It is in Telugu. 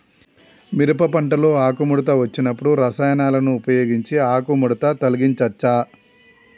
మిరప పంటలో ఆకుముడత వచ్చినప్పుడు రసాయనాలను ఉపయోగించి ఆకుముడత తొలగించచ్చా?